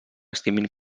estimin